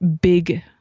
big